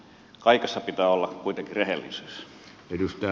kaikessa pitää olla kuitenkin rehellisyys edistää